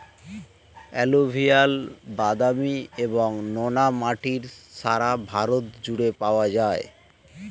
alluvial, বাদামি এবং নোনা মাটি সারা ভারত জুড়ে পাওয়া যায়